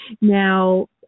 Now